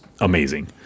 amazing